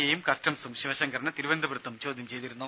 എയും കസ്റ്റംസും ശിവശങ്കറിനെ തിരുവനന്തപുരത്ത് ചോദ്യം ചെയ്തിരുന്നു